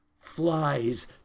flies